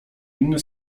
inny